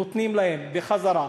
ונותנים להם בחזרה,